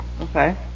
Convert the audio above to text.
Okay